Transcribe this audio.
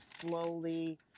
slowly